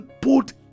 put